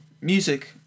Music